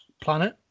Planet